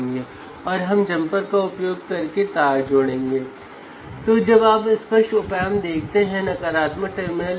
यहां पोटेंशियोमीटर में 3 टर्मिनल हैं